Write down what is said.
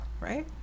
right